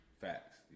Facts